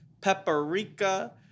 paprika